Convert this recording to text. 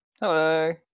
Hello